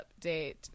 update